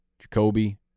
Jacoby